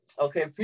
okay